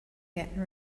getting